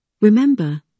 Remember